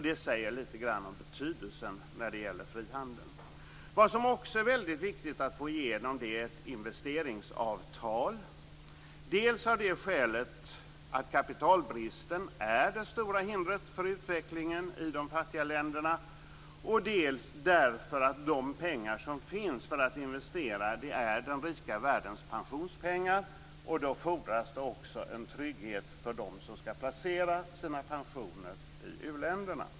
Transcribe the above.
Det säger lite grann om betydelsen när det gäller frihandel. Vad som också är väldigt viktigt att få igenom är ett investeringsavtal, dels av det skälet att kapitalbristen är det stora hindret för utvecklingen i de fattiga länderna, dels därför att de pengar som finns för att investera är den rika världens pensionspengar. Då fordras det också en trygghet för dem som skall placera sina pensioner i u-länderna.